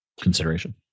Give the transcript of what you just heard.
consideration